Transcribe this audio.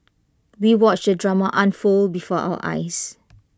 we watched the drama unfold before our eyes